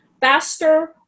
faster